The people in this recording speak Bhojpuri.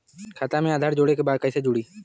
खाता में आधार जोड़े के बा कैसे जुड़ी?